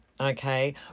okay